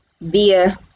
via